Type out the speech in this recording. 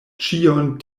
ĉion